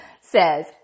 says